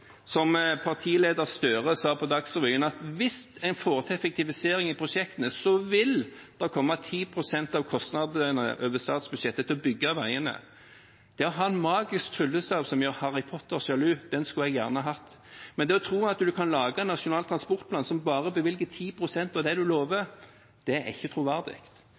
som partileder Gahr Støre sa på Dagsrevyen, at hvis en får til effektivisering i prosjektene, vil 10 pst. av kostnadene til å bygge veiene komme over statsbudsjettet. En magisk tryllestav som gjør Harry Potter sjalu, skulle jeg gjerne hatt, det å tro at man kan lage en nasjonal transportplan som bare bevilger 10 pst. av det man lover, er ikke troverdig.